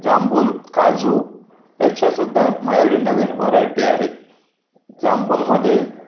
जांभूळ काजू ह्याच्यासुद्धा माझ्याकडे नवीन व्हरायटी आहेत जांभूळमध्ये